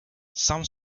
some